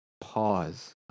pause